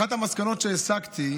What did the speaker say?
אחת המסקנות שהסקתי,